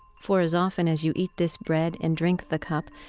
for as often as you eat this bread and drink the cup,